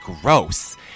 gross